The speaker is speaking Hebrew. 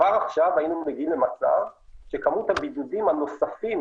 כבר עכשיו היינו מגיעים למצב שכמות הבידודים הנוספים